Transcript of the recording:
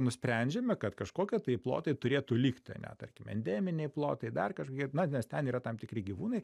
nusprendžiame kad kažkokie tai plotai turėtų likt ane tarkim endeminiai plotai dar kažkokie na nes ten yra tam tikri gyvūnai